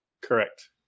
Correct